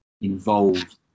involved